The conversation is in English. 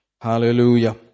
Hallelujah